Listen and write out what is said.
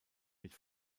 mit